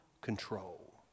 control